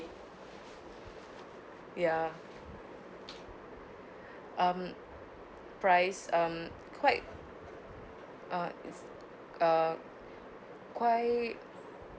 ya um price um quite uh quite